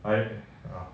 why leh uh